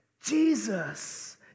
Jesus